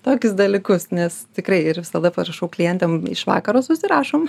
tokius dalykus nes tikrai ir visada parašau klientėm iš vakaro susirašom